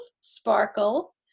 Sparkle